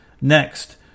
Next